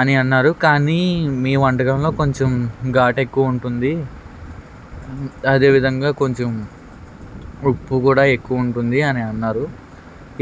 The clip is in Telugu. అని అన్నారు కానీ మీ వంటకంలో కొంచెం ఘాటు ఎక్కువ ఉంటుంది అదే విధంగా కొంచెం ఉప్పు కూడా ఎక్కువ ఉంటుంది అని అన్నారు